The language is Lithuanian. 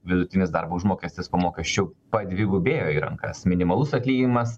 vidutinis darbo užmokestis po mokesčių padvigubėjo į rankas minimalus atlyginimas